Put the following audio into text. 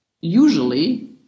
usually